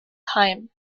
heim